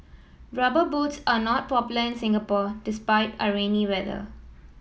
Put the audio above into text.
Rubber Boots are not popular in Singapore despite our rainy weather